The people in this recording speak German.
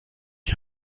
die